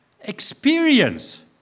experience